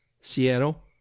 Seattle